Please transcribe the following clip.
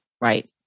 Right